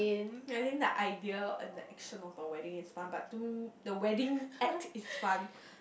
ya I think the idea and the action of the wedding is fun but to the wedding act is fun